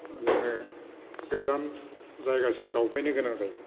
जोङो गोजान जायगासिम दावबायनो गोनां जायो